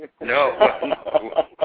No